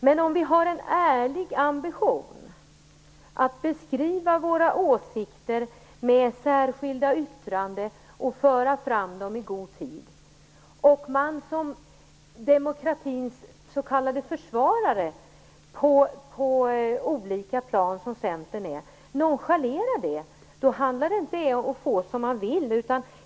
Men om vi har en ärlig ambition att beskriva våra åsikter med särskilda yttranden och att föra fram dem i god tid och detta sedan nonchaleras av demokratins s.k. försvarare på olika plan, vilket Centern ju är, då handlar det inte om att få som man vill.